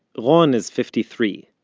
ron is fifty-three.